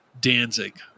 Danzig